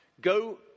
go